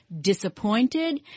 disappointed